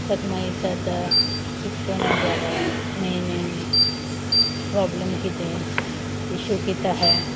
तेक मागीर इचारता कितकोन हें जालो मैन हें प्रोबल्म कितें इश्यू कित आहा